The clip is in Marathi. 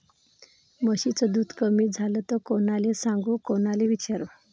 म्हशीचं दूध कमी झालं त कोनाले सांगू कोनाले विचारू?